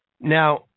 Now